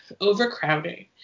overcrowding